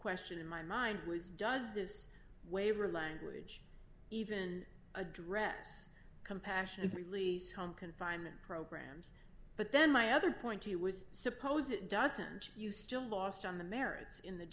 question in my mind was does this waiver language even address compassionate release home confinement programs but then my other point he was suppose it doesn't you still lost on the merits in the